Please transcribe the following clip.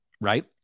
right